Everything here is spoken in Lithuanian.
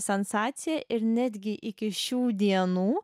sensacija ir netgi iki šių dienų